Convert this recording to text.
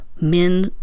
men